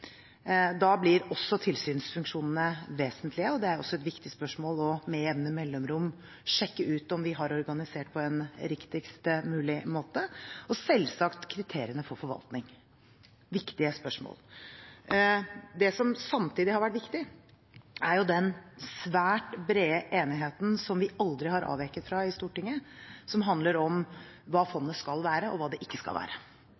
Da blir også tilsynsfunksjonene vesentlige. Det er også viktig med jevne mellomrom å sjekke ut om vi har organisert på en riktigst mulig måte, og selvsagt kriteriene for forvaltning – viktige spørsmål. Det som samtidig har vært viktig, er den svært brede enigheten som vi aldri har avveket fra i Stortinget, som handler om hva fondet skal være, og hva det ikke skal være.